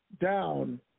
Down